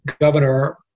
governor